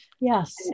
yes